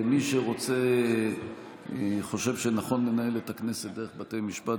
-- מי שחושב שנכון לנהל את הכנסת דרך בתי משפט,